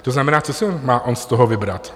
To znamená, co si má on z toho vybrat?